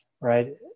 right